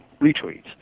retweets